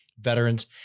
veterans